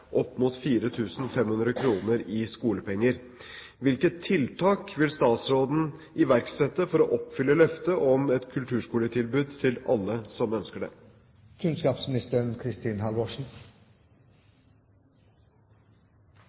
opp mot 4 500 kroner i skolepenger. Hvilke tiltak vil statsråden iverksette for å oppfylle løftet om et kulturskoletilbud til alle som ønsker det?»